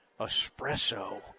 Espresso